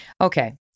Okay